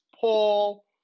Paul